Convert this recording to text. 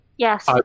Yes